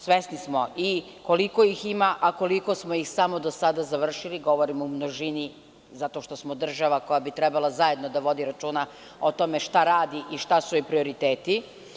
Svesni smo koliko ih ima, a koliko smo ih samo do sada završili, govorim u množini zato što smo država koja bi trebalo zajedno sa vodi računa o tome šta radi i šta su joj prioriteti.